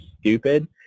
stupid